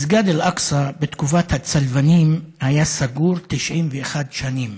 מסגד אל-אקצא, בתקופת הצלבנים היה סגור 91 שנים.